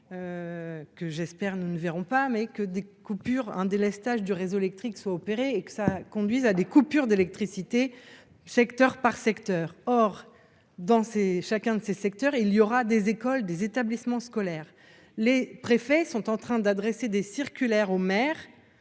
que j'espère, nous ne verrons pas mais que des coupures un délestage du réseau électrique soit opéré et que ça conduise à des coupures d'électricité, secteur par secteur, or dans ses chacun de ces secteurs, il y aura des écoles, des établissements scolaires, les préfets sont en train d'adresser des circulaires aux maires